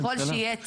ככל שיהיה צורך,